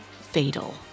fatal